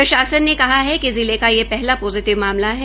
प्रशासन ने कहा है कि जिले का ये पहला पोजिटिव मामला है